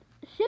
ship